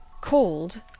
Called